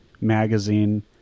magazine